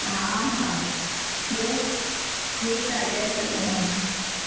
हा हा ॿियो ठीकु आहे जय सचदानंद